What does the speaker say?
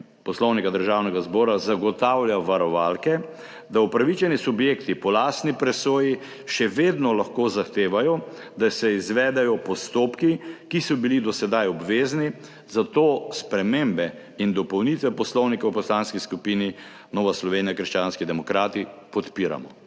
Poslovnika Državnega zbora zagotavlja varovalke, da upravičeni subjekti po lastni presoji še vedno lahko zahtevajo, da se izvedejo postopki, ki so bili do sedaj obvezni, zato spremembe in dopolnitve Poslovnika v Poslanski skupini Nova Slovenija – krščanski demokrati podpiramo.